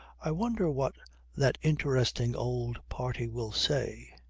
i wonder what that interesting old party will say.